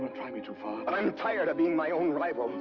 drive me too far i'm tired of being my own rival!